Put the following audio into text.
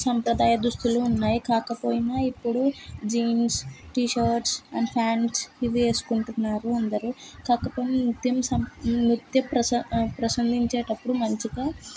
సంప్రదాయ దుస్తులు ఉన్నాయి కాకపోయినా ఇప్పుడు జీన్స్ టీషర్ట్స్ అండ్ ఫాంట్స్ ఇవి వేసుకుంటున్నారు అందరు కాకపోతే నృత్యం నృత్య నృత్యం ప్రస ప్రదర్శించేటప్పుడు మంచిగా